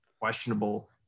questionable